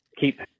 Keep